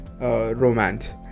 romance